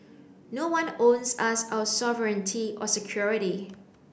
no one owes us our sovereignty or security